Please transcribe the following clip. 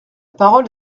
parole